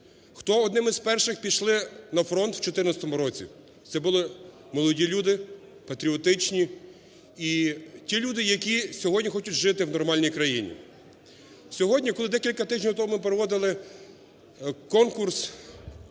Хто одним із перших пішли на фронт в 2014 році? Це були молоді люди, патріотичні і ті люди, які сьогодні хочуть жити в нормальній країні. Сьогодні, коли декілька тижнів тому ми проводили конкурс